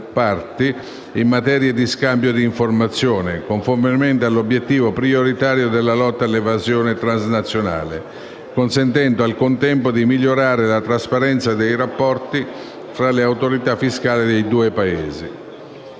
in materia di scambio di informazione, conformemente all'obiettivo prioritario della lotta all'evasione transnazionale, consentendo al contempo di migliorare la trasparenza dei rapporti fra le autorità fiscali dei due Paesi.